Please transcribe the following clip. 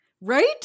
Right